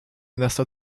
nästa